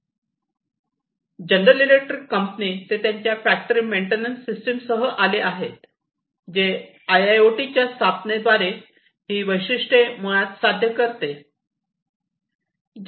company General Electric ते त्यांच्या factory maintenance system सह आले आहेत जे आयआयओटीच्या स्थापनेद्वारे ही वैशिष्ट्ये मुळात साध्य करते